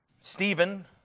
Stephen